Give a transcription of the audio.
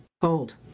cold